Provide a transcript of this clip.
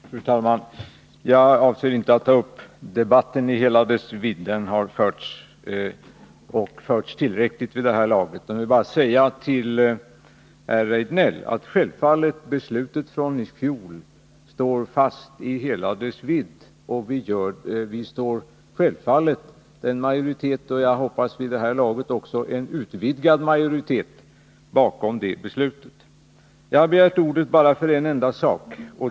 Fru talman! Jag avser inte att ta upp debatten i hela dess vidd — den har förts tillräckligt vid det här laget. Jag vill bara säga till herr Rejdnell att beslutet från i fjol självfallet står fast i hela sin omfattning och att majoriteten då — och jag hoppas en vid det här laget utvidgad majoritet — står bakom det beslutet. Jag har begärt ordet bara för en enda sak.